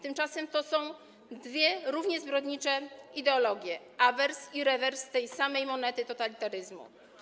Tymczasem to są dwie równie zbrodnicze ideologie, awers i rewers tej samej monety totalitaryzmu.